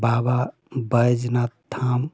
बाबा Baijnath धाम